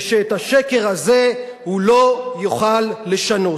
ושאת השקר הזה הוא לא יוכל לשנות".